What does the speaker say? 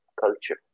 culture